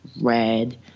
red